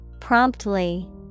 Promptly